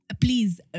Please